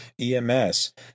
EMS